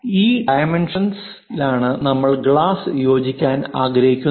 ഈ ഡൈമെൻഷൻലാണ് നമ്മൾ ഗ്ലാസ് യോജിക്കാൻ ആഗ്രഹിക്കുന്നത്